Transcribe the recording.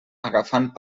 agafant